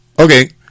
Okay